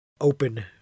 open